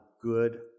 good